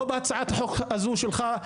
לא בהצעת החוק הזו שלך,